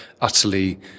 utterly